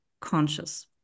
conscious